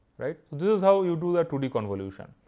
this is how you do the two d convolution.